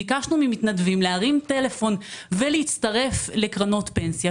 ביקשנו ממתנדבים להרים טלפון ולהצטרף לקרנות פנסיה,